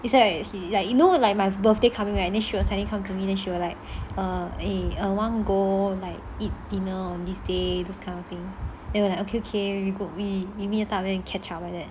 it's it's like you know like my birthday coming right then she will suddenly come to me then she will like err want go like eat dinner on this day those kind of thing I will like okay okay we meet up then catch up like that